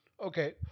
Okay